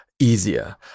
easier